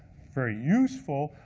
very useful,